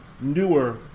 newer